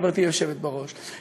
חברתי היושבת בראש,